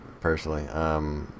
personally